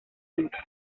tiempos